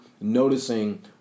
noticing